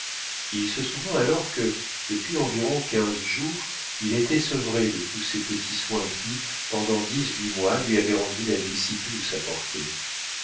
il se souvint alors que depuis environ quinze jours il était sevré de tous ces petits soins qui pendant dix-huit mois lui avaient rendu la vie si douce à porter